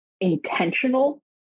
intentional